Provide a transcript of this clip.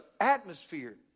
atmosphere